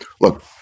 Look